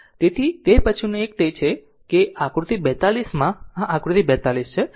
તેથી હવે પછીનું એક એ છે કે આકૃતિ 42 માં આ આકૃતિ 42 છે